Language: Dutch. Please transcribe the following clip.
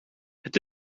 het